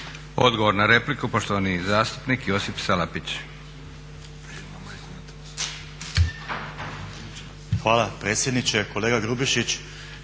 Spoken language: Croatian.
Odgovor na repliku poštovani zastupnik Josip Salapić.